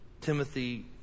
Timothy